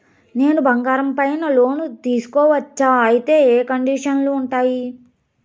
నేను బంగారం పైన లోను తీసుకోవచ్చా? అయితే ఏ కండిషన్లు ఉంటాయి?